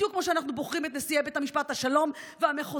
בדיוק כמו שאנחנו בוחרים את נשיאי בתי המשפט השלום והמחוזי.